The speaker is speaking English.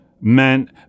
meant